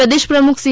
પ્રદેશ પ્રમુખ સી